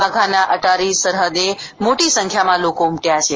વાઘાના અટારી સરહદે મોટી સંખ્યામાં લોકો ઉમટ્યા છે